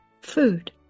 food